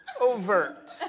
overt